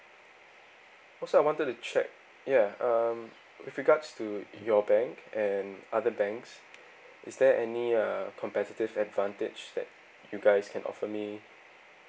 also I wanted to check ya um with regards to your bank and other banks is there any uh competitive advantage that you guys can offer me